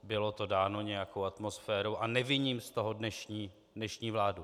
Bylo to dáno nějakou atmosférou a neviním z toho dnešní vládu.